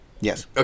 Yes